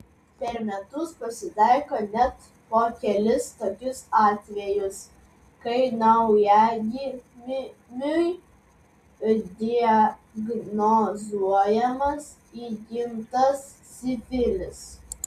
per metus pasitaiko net po kelis tokius atvejus kai naujagimiui diagnozuojamas įgimtas sifilis